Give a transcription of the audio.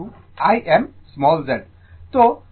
এবং Vm Im z